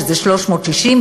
שזה 360,